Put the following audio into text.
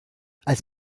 als